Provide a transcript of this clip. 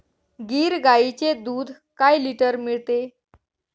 गीर गाईचे दूध काय लिटर मिळते?